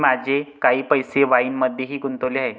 मी माझे काही पैसे वाईनमध्येही गुंतवले आहेत